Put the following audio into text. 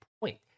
point